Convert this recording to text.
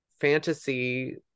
fantasy